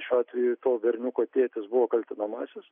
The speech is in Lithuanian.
šiuo atveju to berniuko tėtis buvo kaltinamasis